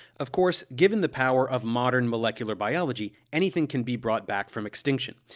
of course, given the power of modern molecular biology, anything can be brought back from extinction.